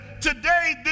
today